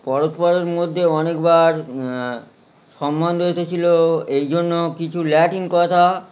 পরস্পরের মধ্যে অনেকবার সম্মান রেখেছিল এই জন্য কিছু ল্যাটিন কথা